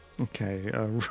Okay